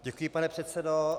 Děkuji, pane předsedo.